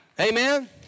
amen